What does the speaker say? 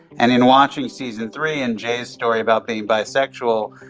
and in watching season three and jay's story about being bisexual,